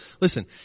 listen